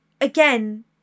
again